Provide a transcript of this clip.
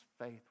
faith